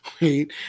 Wait